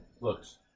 looks